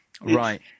Right